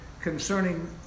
concerning